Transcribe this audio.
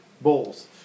bowls